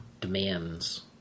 demands